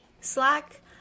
Slack